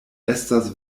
estas